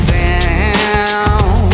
down